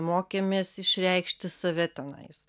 mokėmės išreikšti save tenais